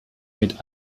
mit